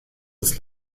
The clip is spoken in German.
des